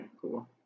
cool